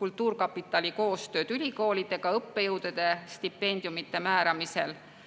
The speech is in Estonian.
kultuurkapitali koostööd ülikoolidega õppejõududele stipendiumide määramisel,